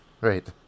Right